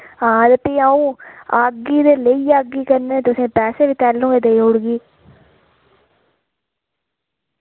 हां ते फ्ही अंटऊ आह्गी ते लेई जाह्गी कन्नै तुसेंगी पैसे बी तैल्लू गै देई ओड़गी